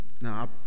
Now